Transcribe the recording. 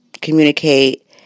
communicate